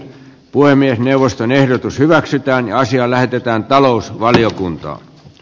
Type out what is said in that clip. puhemiesneuvoston ehdotus hyväksytään asiaa lähdetään talousvaliokunta